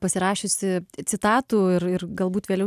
pasirašiusi citatų ir ir galbūt vėliau